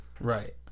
Right